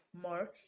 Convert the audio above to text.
more